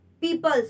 people